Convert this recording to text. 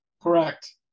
Correct